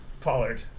Pollard